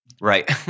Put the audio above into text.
Right